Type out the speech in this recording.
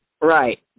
Right